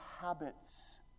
habits